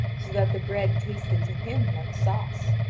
so that the bread tasted to him like sauce.